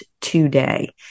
today